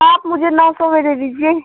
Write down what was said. आप मुझे नौ सौ में दे दीजिए